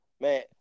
Man